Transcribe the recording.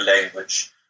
language